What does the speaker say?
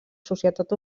societat